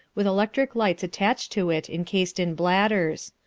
with electric lights attached to it encased in bladders.